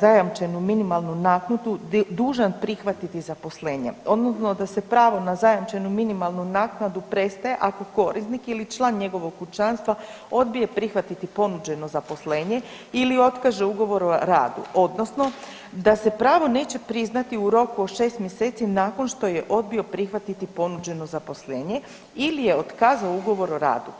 zajamčenu minimalnu naknadu dužan prihvatiti zaposlenje, odnosno da se pravo na zajamčenu minimalnu naknadu prestaje ako korisnik ili član njegovog kućanstva odbije prihvatiti ponuđeno zaposlenje ili otkaže ugovor o radu, odnosno da se pravo neće priznati u roku od 6 mjeseci nakon što je odbio prihvatiti ponuđeno zaposlenje ili je otkazao ugovor o radu.